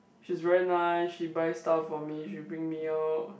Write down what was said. she's very nice she buy stuff for me she bring me out